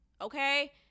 okay